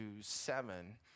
seven